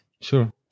Sure